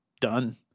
done